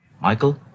Michael